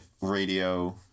radio